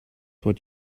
what